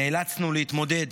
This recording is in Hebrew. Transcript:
נאלצנו להתמודד